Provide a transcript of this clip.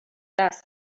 dust